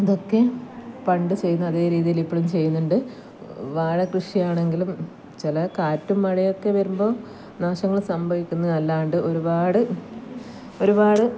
ഇതൊക്കെ പണ്ട് ചെയ്യുന്ന അതേ രീതിയില് ഇപ്പോളും ചെയ്യുന്നുണ്ട് വാഴകൃഷി ആണെങ്കിലും ചില കാറ്റും മഴയൊക്കെ വരുമ്പോൾ നാശങ്ങൾ സംഭവികുന്നത് അല്ലാണ്ട് ഒരുപാട് ഒരുപാട്